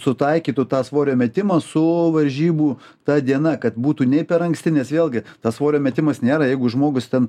sutaikytų tą svorio metimą su varžybų ta diena kad būtų nei per anksti nes vėlgi tas svorio metimas nėra jeigu žmogus ten